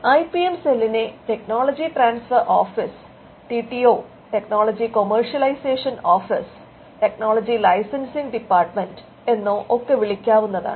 I P M സെല്ലിനെ technology transfer office T T O technology commercialisation office technology licensing department എന്നോ ഒക്കെ വിളിക്കാവുന്നതാണ്